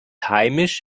heimisch